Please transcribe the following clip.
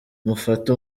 mufate